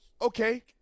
Okay